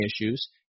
issues